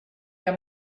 der